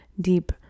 deep